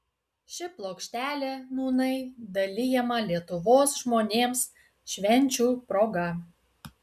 ši plokštelė nūnai dalijama lietuvos žmonėms švenčių proga